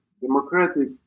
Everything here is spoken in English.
democratic